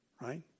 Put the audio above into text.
Right